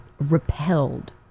repelled